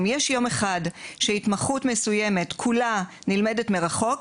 אם יש יום אחד שהתמחות מסוימת כולה נלמדת מרחוק,